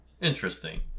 Interesting